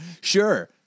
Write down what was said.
sure